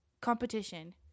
competition